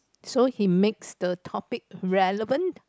so he makes the topic relevant